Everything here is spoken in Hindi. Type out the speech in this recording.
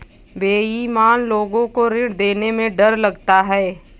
बेईमान लोग को ऋण देने में डर लगता है